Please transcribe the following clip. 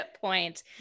point